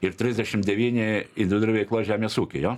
ir trisdešim devyni idividuali veikla žemės ūky jo